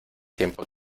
tiempo